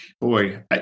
boy